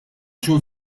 xhur